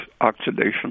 oxidation